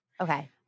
Okay